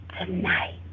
tonight